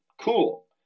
cool